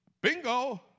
Bingo